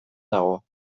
dago